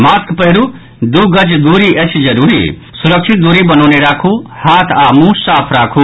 mask पहिरू दू गज दूरी अछि जरूरी सुरक्षित दूरी बनौने राखू हाथ आ मुंह साफ राखू